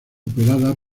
operada